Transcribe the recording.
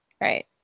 Right